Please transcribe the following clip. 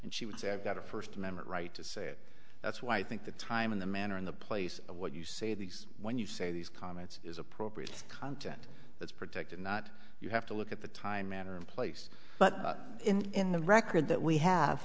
and she would say i've got a first amendment right to say it that's why i think the time in the manner in the place of what you say these when you say these comments is appropriate it's content that's protected not you have to look at the time manner and place but in the record that we have